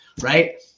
right